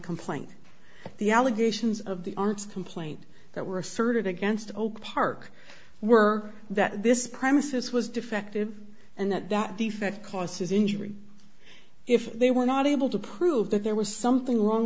complaint the allegations of the arts complaint that were asserted against opar were that this premises was defective and that defect causes injury if they were not able to prove that there was something wrong